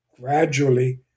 gradually